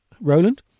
Roland